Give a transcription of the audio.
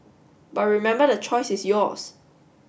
but remember the choice is yours